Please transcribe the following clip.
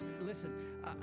listen